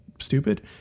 Stupid